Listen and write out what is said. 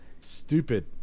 stupid